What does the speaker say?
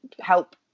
help